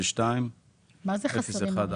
היו לי כבר מקרים שלא הבאתי אותם לכאן,